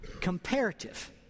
comparative